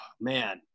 man